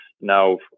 now